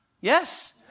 Yes